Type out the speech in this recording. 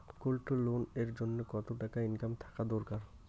Gold loan এর জইন্যে কতো টাকা ইনকাম থাকা দরকার?